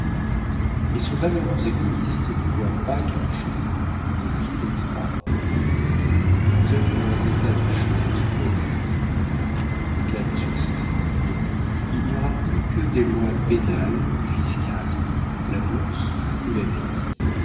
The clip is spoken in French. et ce malheureux égoïste ne voit pas qu'un jour on le lui ôtera nous allons à un état de choses horrible en cas d'insuccès il n'y aura plus que des lois pénales ou fiscales la bourse ou la vie